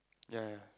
yeah yeah